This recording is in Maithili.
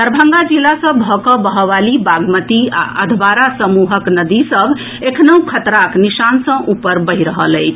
दरभंगा जिला सँ भऽ कऽ बहयवाली बागमती आ अधवारा समूहक नदी सभ एखनहुँ खतराक निशान सँ ऊपर बहि रहल अछि